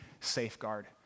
safeguard